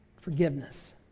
forgiveness